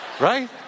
right